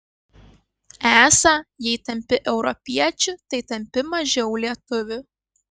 esą jei tampi europiečiu tai tampi mažiau lietuviu